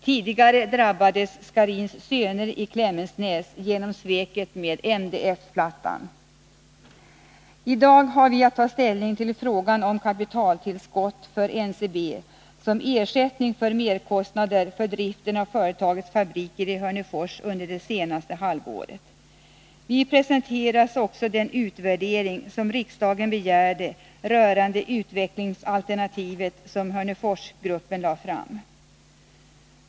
Tidigare drabbades Scharins Söner i Klemensnäs genom sveket med MDF-plattan. I dag har vi att ta ställning till frågan om kapitaltillskott till NCB som ersättning för merkostnader för driften av företagets fabriker i Hörnefors under det senaste halvåret. Vi presenteras också den utvärdering som riksdagen begärde rörande det utvecklingsalternativ som Hörneforsgruppen lade fram.